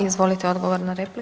Izvolite odgovor.